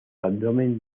abdomen